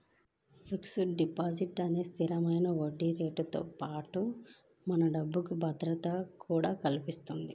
fixed deposit అనేది స్థిరమైన వడ్డీరేటుతో పాటుగా మన డబ్బుకి భద్రతను కూడా కల్పిత్తది